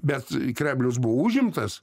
bet kremlius buvo užimtas